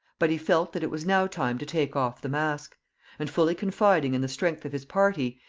but he felt that it was now time to take off the mask and fully confiding in the strength of his party,